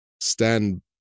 stand